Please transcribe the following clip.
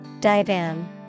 Divan